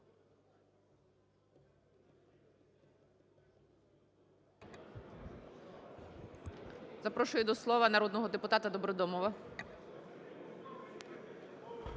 Запрошую до слова народного депутата Добродомова.